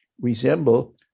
resemble